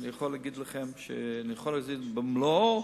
שאני יכול להגיד לכם שאני יכול להביא את התקציב במלואו.